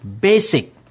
basic